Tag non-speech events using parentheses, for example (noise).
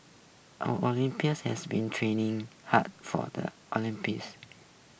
our (unintelligible) has been training hard for the Olympics (noise)